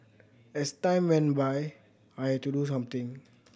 as time went by I had to do something